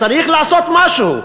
צריך לעשות משהו.